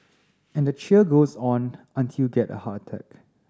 and the cheer goes on until get a heart attack